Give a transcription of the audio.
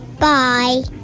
bye